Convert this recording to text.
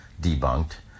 debunked